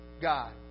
God